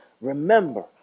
remember